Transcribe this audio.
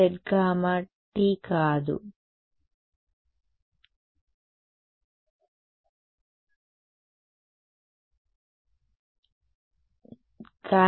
మీరు చెబుతున్న ఈ పదాన్ని నేను భర్తీ చేయగలనా